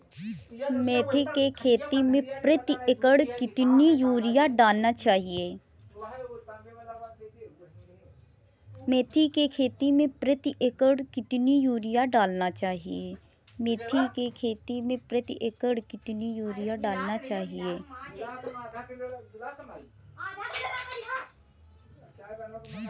मेथी के खेती में प्रति एकड़ कितनी यूरिया डालना चाहिए?